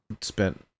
spent